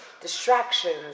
distractions